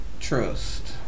trust